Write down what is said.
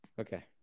Okay